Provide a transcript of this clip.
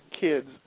kids